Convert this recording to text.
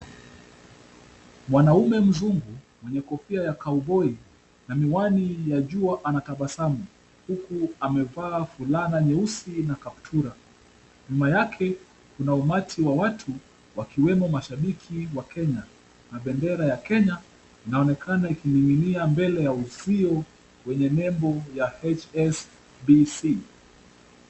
Mwanaume mzungu mwenye kofia ya cowboi na miwani ya jua anatabasamu, huku amevaa fulana nyeusi na kaptura. Nyuma yake kuna umati wa watu wakiwemo mashabiki wa Kenya na bendera ya Kenya inaonekana imening'inia mbele ya uzio wenye nembo ya HSBC.